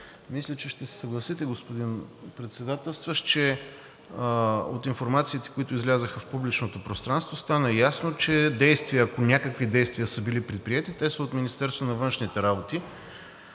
Мисля, че ще се съгласите, господин Председателстващ, от информациите, които излязоха в публичното пространство, стана ясно, че ако някакви действия са били предприети, те са от Министерството на външните работи.